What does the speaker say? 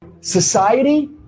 Society